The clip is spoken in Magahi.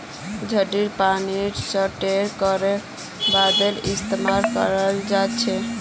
झड़ीर पानीक स्टोर करे बादे इस्तेमाल कराल जबा सखछे